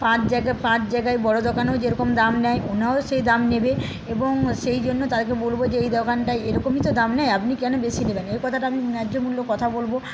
পাঁচ জায়গায় পাঁচ জায়গায় বড় দোকানেও যেরকম দাম নেয় ওনারাও সেই দাম নেবে এবং সেইজন্য তাদেরকে বলব এই দোকানটাই এরকমই তো দাম নেয় আপনি কেন বেশি নেবেন এই কথাটা আমি ন্যায্য মূল্য কথা বলব